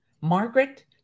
Margaret